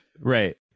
Right